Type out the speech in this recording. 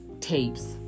tapes